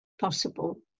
possible